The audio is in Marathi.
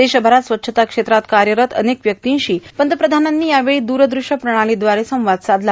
देशभरात स्वच्छता क्षेत्रात कार्यरत अनेक व्यक्तीशी पंतप्रधानांनी यावेळी दूरदृश्यप्रणालीद्वारे संवाद साधला